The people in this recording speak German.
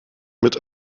mit